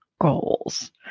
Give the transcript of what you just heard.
goals